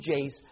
Jays